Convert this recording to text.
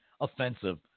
offensive